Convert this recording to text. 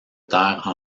terre